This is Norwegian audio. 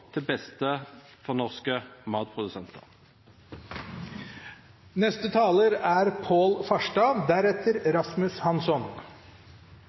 til beste for norske matprodusenter.